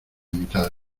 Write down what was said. mitad